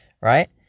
right